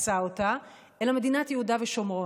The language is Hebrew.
עשה אותה, אלא מדינת יהודה ושומרון.